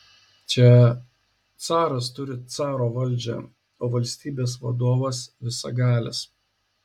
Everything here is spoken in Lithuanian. čia caras turi caro valdžią o valstybės vadovas visagalis